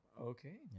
Okay